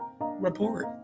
report